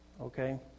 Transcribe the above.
Okay